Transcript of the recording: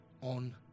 on